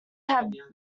have